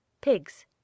Pigs